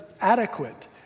adequate